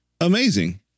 amazing